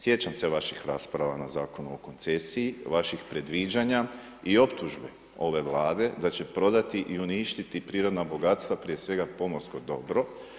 Sjećam se vaših rasprava na Zakonu o koncesiji, vaših predviđanja i optužbe ove Vlade da će prodati i uništiti prirodna bogatstva, prije svega pomorsko dobro.